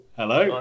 hello